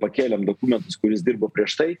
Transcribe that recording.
pakėlėm dokumentus kur jis dirbo prieš tai